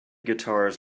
guitars